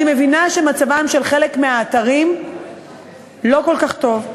אני מבינה שמצבם של חלק מהאתרים לא כל כך טוב.